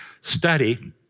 Study